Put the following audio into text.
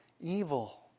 evil